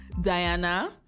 Diana